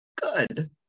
Good